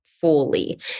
fully